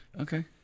Okay